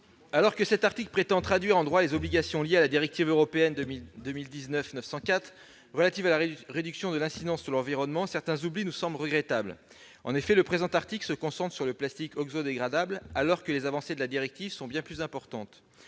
Alors que l'article 10 prétend traduire en droit les obligations liées à la directive européenne 2019/904 relative à la réduction de l'incidence de certains produits en plastique sur l'environnement, certains oublis nous semblent regrettables. En effet, cet article se concentre sur le plastique oxodégradable, alors que les avancées de la directive sont bien plus importantes.